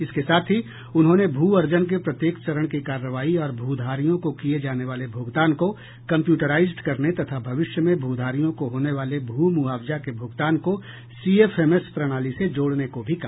इसके साथ ही उन्होंने भू अर्जन के प्रत्येक चरण की कार्रवाई और भूधारियों को किए जाने वाले भुगतान को कम्प्यूटराइज्ड करने तथा भविष्य में भूधारियों को होने वाले भू मुआवजा के भुगतान को सीएफएमएस प्रणाली से जोड़ने को भी कहा